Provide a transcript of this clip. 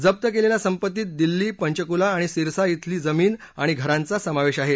जप्त केलेल्या संपत्तीत दिल्ली पंचकुला आणि सिरसा धिल्या जमीन आणि घरांचा समावेश आहे